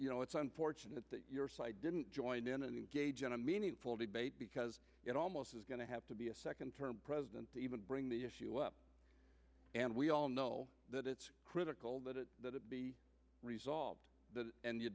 you know it's unfortunate that your side didn't join in and engage in a meaningful debate because it almost is going to have to be a second term president to even bring the issue up and we all know that it's critical that it that it be resolved and you